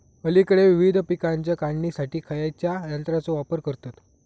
अलीकडे विविध पीकांच्या काढणीसाठी खयाच्या यंत्राचो वापर करतत?